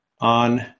on